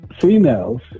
females